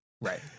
Right